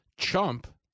Chump